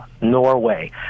Norway